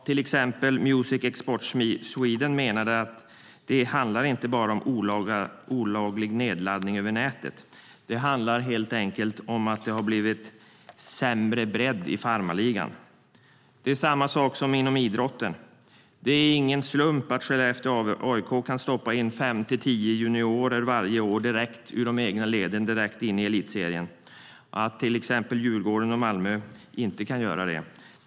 Ja, till exempel Music Export Sweden menar att det inte bara handlar om olaglig nedladdning över nätet, utan det handlar helt enkelt om att det har blivit sämre bredd i farmarligan. Det är samma sak som inom idrotten. Det är ingen slump att Skellefteå och AIK varje år kan stoppa in fem till tio juniorer från de egna leden direkt in i elitserien och att till exempel Djurgården och Malmö inte kan göra det.